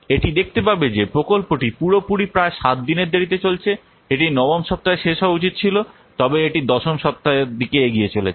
এটি দেখতে পাবে যে প্রকল্পটি পুরোপুরি প্রায় 7 দিনের দেরিতে চলছে এটি নবম সপ্তাহে শেষ হওয়া উচিত ছিল তবে এটি দশম সপ্তাহের দিকে এগিয়ে চলেছে